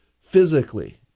physically